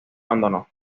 abandonó